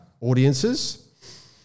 Audiences